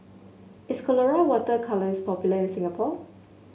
is Colora Water Colours popular in Singapore